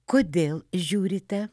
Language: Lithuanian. kodėl žiūrite